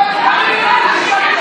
לא שולט